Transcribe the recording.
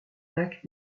lac